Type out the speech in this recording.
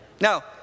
Now